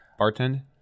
Bartend